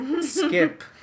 Skip